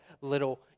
little